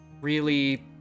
really-